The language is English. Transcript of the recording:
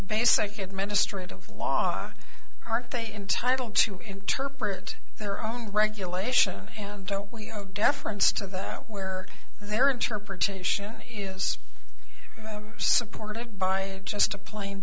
basic administrative law aren't they entitled to interpret their own regulation and don't we are deference to that where their interpretation is supported by just a plain